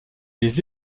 les